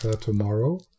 tomorrow